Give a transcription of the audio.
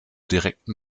direkten